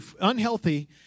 unhealthy